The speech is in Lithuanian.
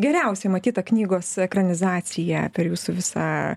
geriausia matyta knygos ekranizacija per jūsų visą